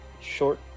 short